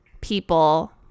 people